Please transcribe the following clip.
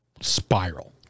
spiral